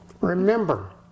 remember